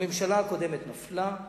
הממשלה הקודמת נפלה,